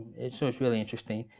it's so it's really interesting.